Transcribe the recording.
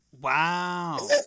Wow